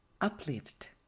uplift